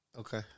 Okay